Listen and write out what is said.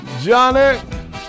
Johnny